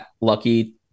lucky